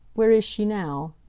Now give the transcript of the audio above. where is she now?